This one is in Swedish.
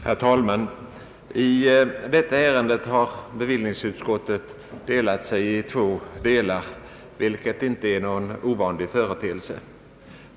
Herr talman! I detta ärende har bevillningsutskottet delat sig i två delar, vilket inte är någon ovanlig företeelse.